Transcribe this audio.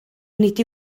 nid